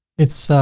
it's.